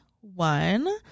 one